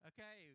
Okay